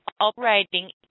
operating